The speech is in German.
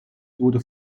wurde